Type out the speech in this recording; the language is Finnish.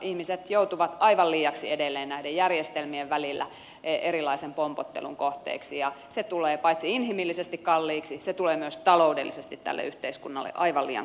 ihmiset joutuvat aivan liiaksi edelleen näiden järjestelmien välillä erilaisen pompottelun kohteeksi ja se tulee paitsi inhimillisesti kalliiksi myös taloudellisesti tälle yhteiskunnalle aivan liian kalliiksi